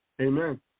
Amen